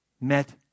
met